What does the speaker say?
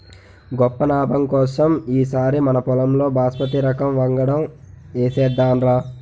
గొప్ప నాబం కోసం ఈ సారి మనపొలంలో బాస్మతి రకం వంగడం ఏసేద్దాంరా